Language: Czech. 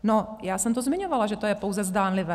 No já jsem to zmiňovala, že to je pouze zdánlivé.